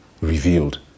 revealed